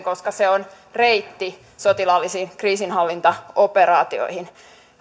koska se on reitti sotilaallisiin kriisinhallintaoperaatioihin